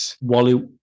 Wally